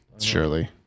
Surely